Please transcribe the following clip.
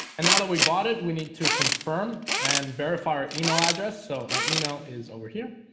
and now that we bought it we need to confirm and verify our email address so our email is over here